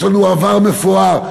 יש לנו עבר מפואר,